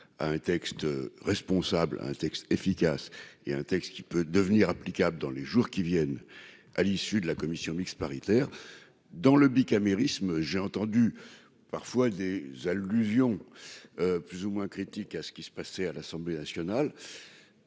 à un texte responsable, un texte efficace et un texte qui peut devenir applicables dans les jours qui viennent, à l'issue de la commission mixte paritaire dans le bicamérisme, j'ai entendu parfois des allusions plus ou moins critiques à ce qui se passait à l'Assemblée nationale,